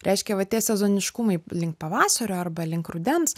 reiškia va tie sezoniškumai link pavasario arba link rudens